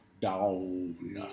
down